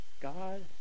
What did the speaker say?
God